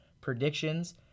predictions